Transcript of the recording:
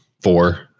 four